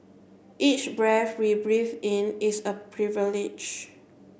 each breath we breathe in is a privilege